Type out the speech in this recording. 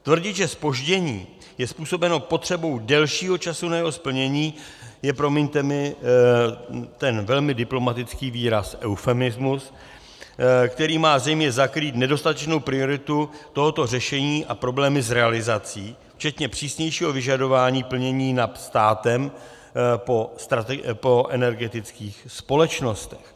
Tvrdit, že zpoždění je způsobeno potřebou delšího času na jeho splnění, je, promiňte mi ten velmi diplomatický výraz, eufemismus, který má zřejmě zakrýt nedostatečnou prioritu tohoto řešení a problémy s realizací, včetně přísnějšího vyžadování plnění NAP státem po energetických společnostech.